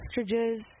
ostriches